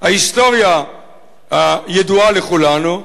וההיסטוריה הידועה לכולנו.